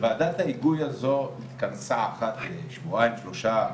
שוועדת ההיגוי הזו התכנסה אחת לשבועיים שלושה,